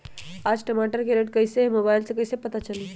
आज टमाटर के रेट कईसे हैं मोबाईल से कईसे पता चली?